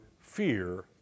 fear